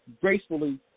gracefully